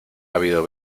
habido